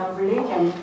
religion